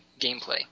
gameplay